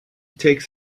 takes